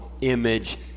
image